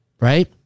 right